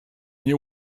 nie